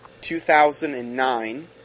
2009